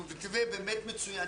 שהוא מתווה באמת מצוין,